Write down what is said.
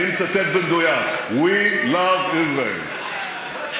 אני מצטט במדויק: "we love Israel".